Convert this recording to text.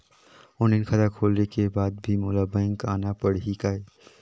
Online खाता खोले के बाद भी मोला बैंक आना पड़ही काय?